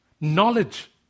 Knowledge